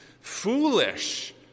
foolish